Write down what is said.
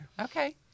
Okay